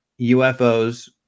UFOs